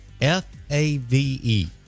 F-A-V-E